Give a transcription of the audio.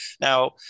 Now